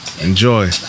Enjoy